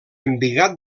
embigat